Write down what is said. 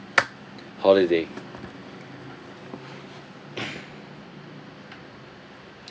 holiday